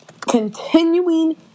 continuing